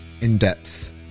in-depth